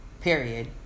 period